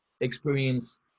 experience